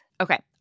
Okay